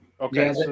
Okay